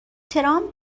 ترامپ